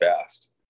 fast